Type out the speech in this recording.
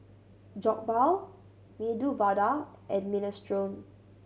Jokbal Medu Vada and Minestrone